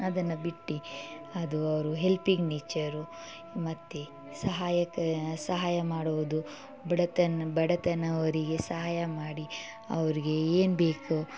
ಅದನ್ನು ಬಿಟ್ಟು ಅದು ಅವರು ಹೆಲ್ಪಿಂಗ್ ನೇಚರು ಮತ್ತು ಸಹಾಯಕ ಸಹಾಯ ಮಾಡುವುದು ಬಡತನ ಬಡತನ ಅವರಿಗೆ ಸಹಾಯ ಮಾಡಿ ಅವ್ರಿಗೆ ಏನು ಬೇಕೋ